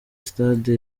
stade